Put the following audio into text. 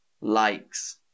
likes